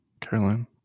caroline